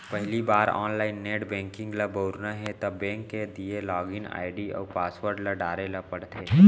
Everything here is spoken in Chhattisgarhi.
पहिली बार ऑनलाइन नेट बेंकिंग ल बउरना हे त बेंक के दिये लॉगिन आईडी अउ पासवर्ड ल डारे ल परथे